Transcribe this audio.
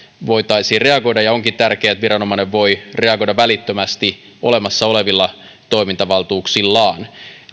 voitaisiin reagoida ja onkin tärkeää että viranomainen voi reagoida välittömästi olemassa olevilla toimintavaltuuksillaan